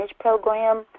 program